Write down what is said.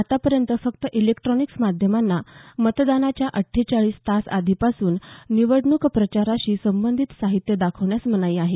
आतापर्यंत फक्त इलेक्ट्रॉनिक माध्यमांना मतदानाच्या अठ्ठेचाळीस तास आधीपासून निवडणूक प्रचाराशी संबंधित साहित्य दाखवण्यास मनाई आहे